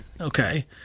Okay